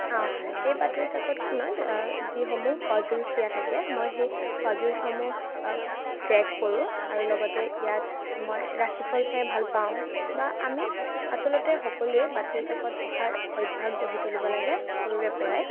এই বাতৰিকাকতখনত যিসমূহ পাজোলচ্ দিয়া থাকে মই সেই পাজোলচ্সমূহ ট্ৰেক কৰোঁ আৰু লগতে ইয়াত মই ৰাশিফল চাই ভাল পাওঁ বা আমি আচলতে সকলোৱে বাতৰিকাকত পঢ়াৰ অভ্যাস গঢ়ি তুলিব লাগে সৰুৰেপৰাই